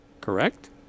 Correct